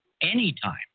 anytime